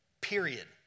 period